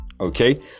Okay